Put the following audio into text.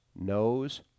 knows